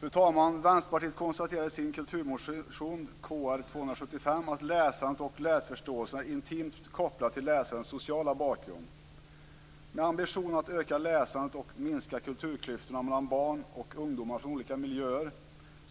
Fru talman! Vänsterpartiet konstaterar i sin kulturmotion, Kr275, att läsandet och läsförståelsen är intimt kopplade till läsarens sociala bakgrund. Med ambitionen att öka läsandet och minska kulturklyftorna mellan barn och ungdomar från olika miljöer